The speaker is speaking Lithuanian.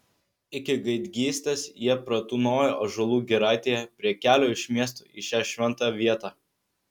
iki gaidgystės jie pratūnojo ąžuolų giraitėje prie kelio iš miesto į šią šventą vietą